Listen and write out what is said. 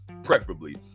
Preferably